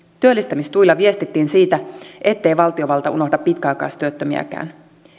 työllistämistuilla viestittiin siitä ettei valtiovalta unohda pitkäaikaistyöttömiäkään